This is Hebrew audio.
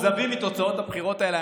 המאוכזבים מתוצאות הבחירות האלה,